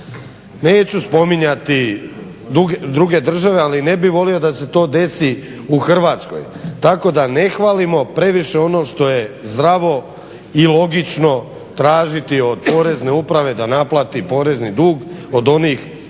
Neću spominjati druge države, ali ne bih volio da se to desi u Hrvatskoj. Tako da ne hvalimo previše ono što je zdravo i logično tražiti od Porezne uprave da naplati porezni dug od onih koji